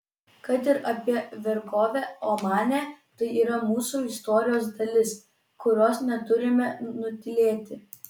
kad ir apie vergovę omane tai yra mūsų istorijos dalis kurios neturime nutylėti